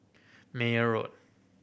Meyer Road